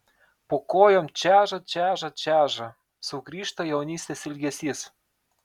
po kojom čeža čeža čeža sugrįžta jaunystės ilgesys